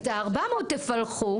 את ה-400 תפלחו.